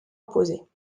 opposés